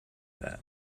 that